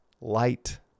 light